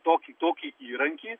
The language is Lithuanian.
tokį tokį įrankį